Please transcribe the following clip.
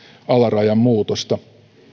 alarajan muutosta